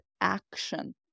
action